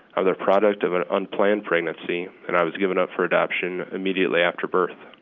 ah the product of an unplanned pregnancy, and i was given up for adoption immediately after birth.